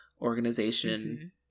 organization